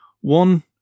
One